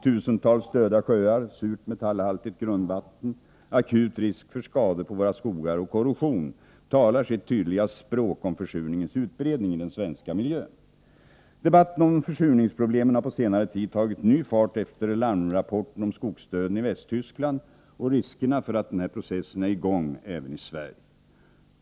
Tusentals döda sjöar, surt, metallhaltigt grundvatten, akut risk för skador på våra skogar och korrosion talar sitt tydliga språk om försurningens utbredning i den svenska miljön. Debatten om försurningsproblemen har på senare tid tagit ny fart efter larmrapporter om skogsdöden i Västtyskland och riskerna för att denna process är i gång även i Sverige.